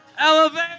Elevate